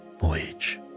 voyage